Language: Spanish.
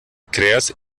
creas